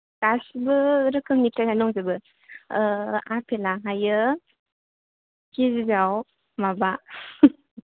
गासिबो रोखोमनि फिथाइयानो दंजोबो आपेला हायो कि जि आव माबा